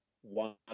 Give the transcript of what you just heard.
one